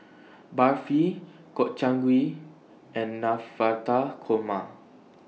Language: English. Barfi Gobchang Gui and Navratan Korma